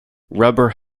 rubber